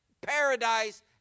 paradise